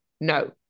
No